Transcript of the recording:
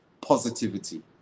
Positivity